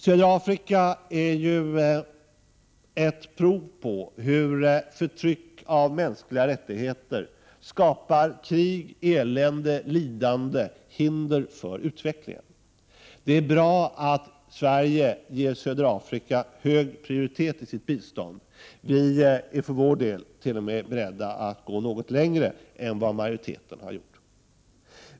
Södra Afrika är ju ett exempel på hur förtryck av mänskliga rättigheter skapar krig, elände, lidande, hinder för utvecklingen. Det är bra att Sverige ger södra Afrika hög prioritet i sitt bistånd. Vi för vår del är t.o.m. beredda att gå något längre än vad majoriteten gör.